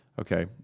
Okay